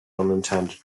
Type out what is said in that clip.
unintended